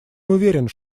уверен